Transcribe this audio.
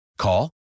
Call